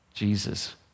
Jesus